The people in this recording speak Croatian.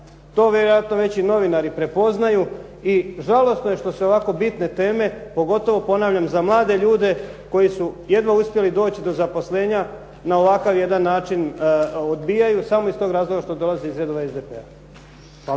To vjerojatno već i novinari prepoznaju i žalosno je što se ovako bitne teme, pogotovo ponavljam za mlade ljudi koji su jedva uspjeli doći do zaposlenja na ovakav jedan način odbijaju samo iz tog razloga što dolazi iz redova SDP-a.